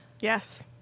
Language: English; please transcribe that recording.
Yes